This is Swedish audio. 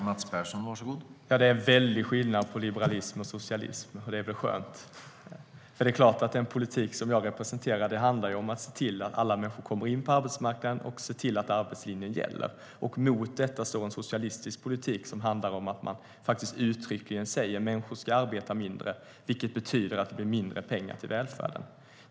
Det är en väldig skillnad på liberalism och socialism, och det är skönt. Det är klart att den politik som jag representerar handlar om att se till att alla människor kommer in på arbetsmarknaden och att se till att arbetslinjen gäller. Mot detta står en socialistisk politik som handlar om att man uttryckligen säger att människor ska arbeta mindre, vilket betyder att det blir mindre pengar till välfärden.